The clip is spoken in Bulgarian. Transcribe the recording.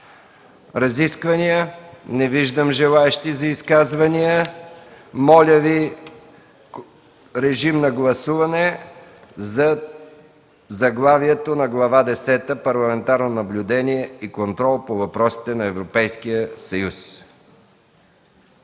Разисквания? Не виждам желаещи за изказвания. Моля, режим на гласуване за заглавието на Глава десета –„Парламентарно наблюдение и контрол по въпросите на Европейския съюз”.